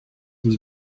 was